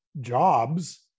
jobs